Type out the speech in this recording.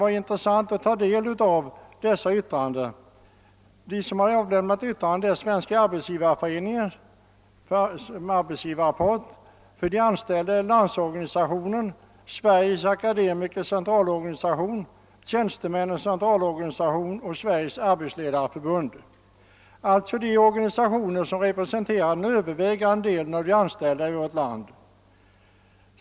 Remissyttranden har för arbetsgivarparten avgivits av Svenska arbetsgivareföreningen och för de anställda av Landsorganisationen, Sveriges akademikers centralorganisation, Tjänstemännens centralorganisation och Sveriges arbetsledareförbund alltså de organisationer som representerar den övervägande delen av de anställda i vårt land.